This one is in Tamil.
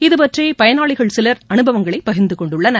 இது பற்றி பயனாளிகள் சிலர் அனுபவங்களை பகிர்ந்து கொண்டுள்ளனர்